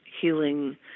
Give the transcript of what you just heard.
healing